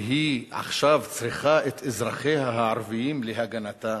והיא עכשיו צריכה את אזרחיה הערבים להגנתה?